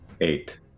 Eight